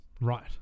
right